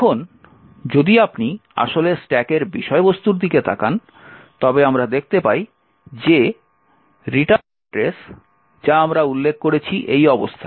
এখন যদি আপনি আসলে স্ট্যাকের বিষয়বস্তুর দিকে তাকান তবে আমরা দেখতে পাই যে রিটার্ন অ্যাড্রেস যা আমরা উল্লেখ করেছি এই অবস্থানে